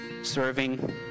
serving